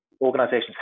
organizations